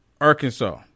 Arkansas